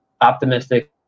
optimistic